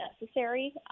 necessary